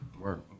work